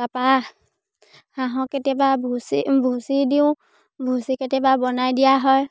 তাপা হাঁহৰ কেতিয়াবা ভুচি ভুচি দিওঁ ভুচি কেতিয়াবা বনাই দিয়া হয়